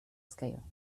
scale